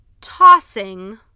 tossing